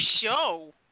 show